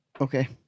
Okay